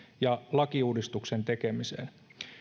ja lakiuudistuksen tekemiseen